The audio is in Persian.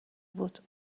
بود